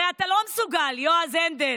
הרי אתה לא מסוגל, יועז הנדל,